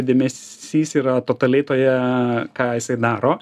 dėmesys yra totaliai toje ką jisai daro